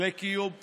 לקיום בסיסי.